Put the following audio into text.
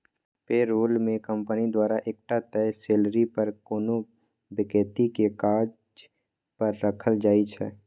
पे role मे company द्वारा एकटा तय सेलरी पर कोनो बेकती केँ काज पर राखल जाइ छै